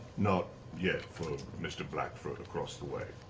not yet mr. blackfoot across the way.